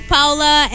Paula